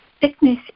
Sickness